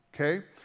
okay